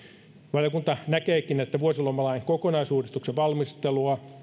valiokunta näkeekin että vuosilomalain kokonaisuudistuksen valmistelua